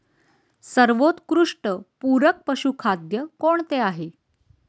सर्वोत्कृष्ट पूरक पशुखाद्य कोणते आहे?